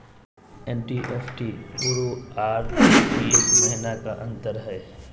NEFT अरु RTGS महिना का अंतर हई?